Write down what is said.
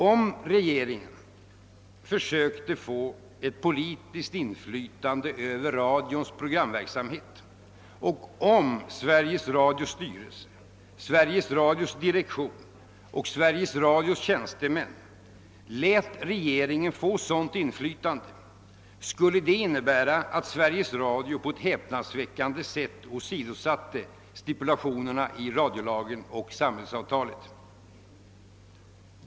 Om regeringen försöker få ett politiskt inflytande över radions programverksamhet och om Sveriges Radios styrelse, Sveriges Radios direktion och Sveriges Radios tjänstemän lät regeringen få ett sådant inflytande skulle det innebära att Sveriges Radio på ett häpnadsväckande sätt åsidosatte stipulationerna i radionämnden och samhällsavtalet.